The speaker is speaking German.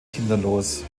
kinderlos